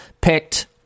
picked